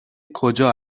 کجا